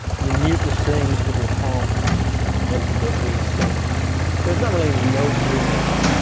you mute the strings with your palm as you go through them, so there's not really any notes ringing out.